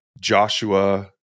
Joshua